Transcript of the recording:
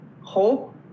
hope